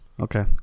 Okay